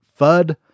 FUD